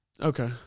Okay